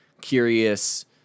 curious